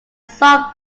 sun